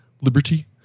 Liberty